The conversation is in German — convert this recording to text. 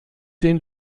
den